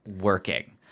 working